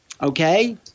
okay